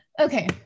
Okay